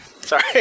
Sorry